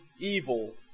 evil